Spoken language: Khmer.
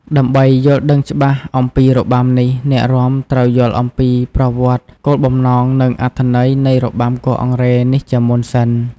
ដើម្បីយល់ដឹងច្បាស់អំពីរបាំនេះ អ្នករាំត្រូវយល់អំពីប្រវត្តិ, គោលបំណង, និងអត្ថន័យនៃរបាំគោះអង្រែនេះជាមុនសិន។